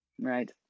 Right